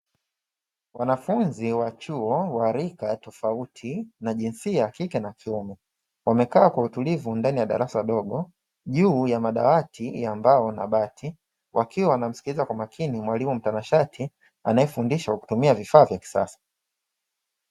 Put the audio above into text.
Wanafunzi wa chuo wa rika tofauti na jinsia ya kike na kiume wamekaa kwa utulivu ndani ya darasa dogo juu ya madawati ya mbao na bati, wakiwa wanamsikiliza kwa makini mwalimu mtanashati anayefundisha kwa kutumia vifaa vya kisasa.